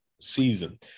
season